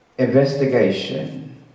investigation